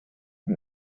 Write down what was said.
and